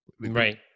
Right